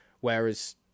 whereas